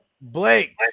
Blake